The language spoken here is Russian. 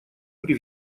при